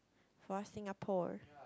for Singapore